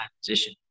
position